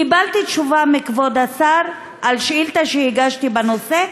קיבלתי תשובה מכבוד השר על שאילתה שהגשתי בנושא,